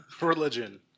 Religion